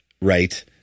right